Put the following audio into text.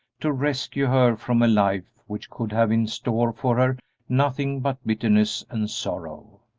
to rescue her from a life which could have in store for her nothing but bitterness and sorrow.